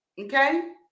okay